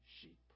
sheep